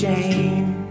Jane